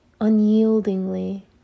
unyieldingly